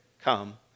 come